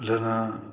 लेने